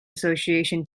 association